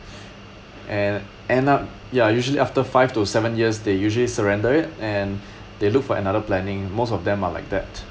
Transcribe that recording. and end up ya usually after five to seven years they usually surrender it and they look for another planning most of them are like that